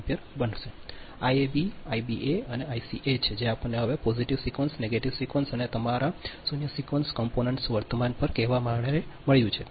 હવે આ Iab Ibc Ica છે જે આપણને હવે પોઝિટિવ સિક્વન્સ નેગેટીવ સિક્વન્સ અને તમારા શૂન્ય સિક્વન્સ કમ્પોનન્ટ વર્તમાન પર કહેવા માટે મળ્યું છે